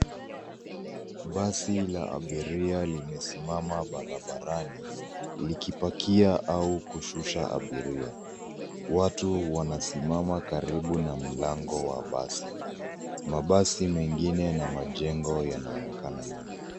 Basi la abiria limesimama barabarani likipakia au kushusha abiria. Watu wanasimama karibu na mlango wa basi. Mabasi mengine na majengo yanaonekana nyuma.